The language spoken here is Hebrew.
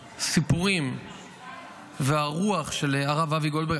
הסיפורים והרוח של הרב אבי גולדברג,